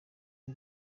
bwo